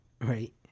Right